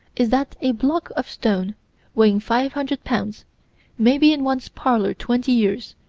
is that a block of stone weighing five hundred pounds might be in one's parlor twenty years,